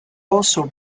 also